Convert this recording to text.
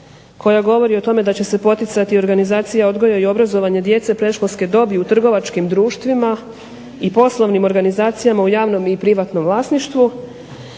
koja govori o tome da će se poticati organizacija odgoja i obrazovanja djece predškolske dobi u trgovačkim društvima i poslovnim organizacijama u javnom i privatnom vlasništvu.